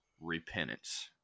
repentance